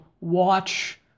watch